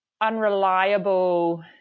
unreliable